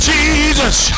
Jesus